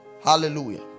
Hallelujah